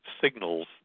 signals